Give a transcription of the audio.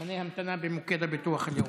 זמני המתנה במוקד הביטוח הלאומי.